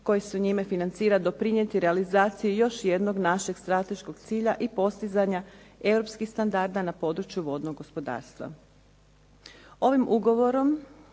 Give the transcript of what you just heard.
koji se njima financira doprinijeti realizaciji još jednog našeg strateškog cilja i postizanja europskih standarda na području vodnog gospodarstva. Ovim Ugovorom